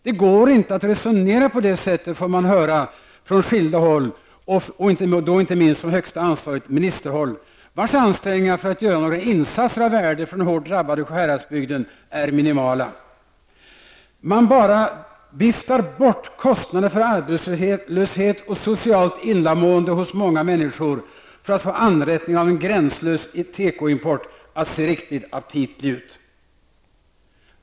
Det går inte att resonera på det sättet, får man höra från skilda håll, inte minst från högsta ansvarigt ministerhåll där ansträngningarna för att göra några insatser av värde för den hårt drabbade Sjuhäradsbygden är minimala. Man bara viftar bort kostnaderna för arbetslöshet och socialt illamående hos många människor för att få anrättningen av en gränslös tekoimport att se riktigt aptitlig ut!